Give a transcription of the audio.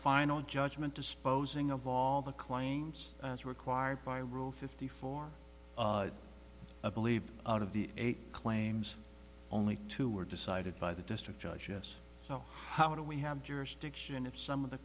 final judgment disposing of all the claims as required by rule fifty four a believe out of the eight claims only two were decided by the district judge us so how do we have jurisdiction if some of the